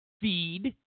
feed